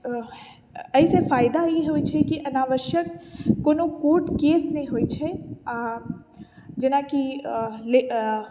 एहिसँ फायदा ई होइत छै कि अनावश्यक कोनो कोर्ट केस नहि होइत छै आ जेनाकि ले